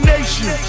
Nation